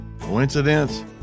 Coincidence